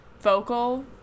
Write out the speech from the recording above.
vocal